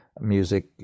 music